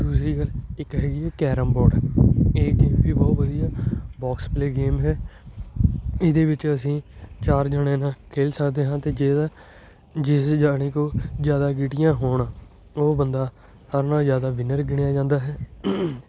ਦੂਸਰੀ ਗੱਲ ਇੱਕ ਹੈਗੀ ਆ ਕੈਰਮ ਬੋਰਡ ਇਹ ਗੇਮ ਵੀ ਬਹੁਤ ਵਧੀਆ ਬੋਕਸ ਪਲੇ ਗੇਮ ਹੈ ਇਹਦੇ ਵਿੱਚ ਅਸੀਂ ਚਾਰ ਜਾਣਿਆਂ ਨਾਲ ਖੇਲ ਸਕਦੇ ਹਾਂ ਅਤੇ ਜਿਹਦਾ ਜਿਸ ਜਾਣੇ ਕੋਲ ਜ਼ਿਆਦਾ ਗੀਟੀਆਂ ਹੋਣ ਉਹ ਬੰਦਾ ਸਾਰਿਆਂ ਨਾਲੋਂ ਜ਼ਿਆਦਾ ਵਿਨਰ ਗਿਣਿਆ ਜਾਂਦਾ ਹੈ